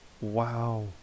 wow